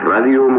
Radio